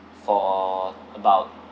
for about